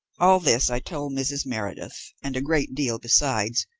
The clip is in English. all this i told mrs. meredith, and a great deal besides,